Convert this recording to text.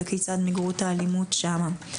וכיצד מיגרו את האלימות שם.